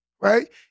right